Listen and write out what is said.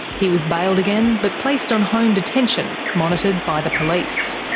he was bailed again, but placed on home detention, monitored by the police.